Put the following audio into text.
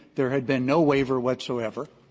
there had been no waiver whatsoever,